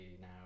now